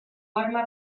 arma